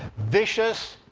vicious,